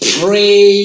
pray